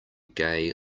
gay